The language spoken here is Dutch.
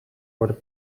worden